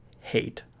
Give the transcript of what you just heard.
hate